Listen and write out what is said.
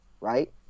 right